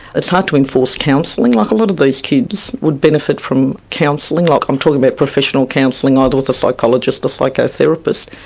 it's hard to enforce counselling. like a lot of these kids would benefit from counselling, like i'm talking about professional counselling either with a psychologist, a psycho-therapist.